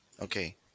Okay